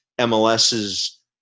mls's